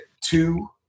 two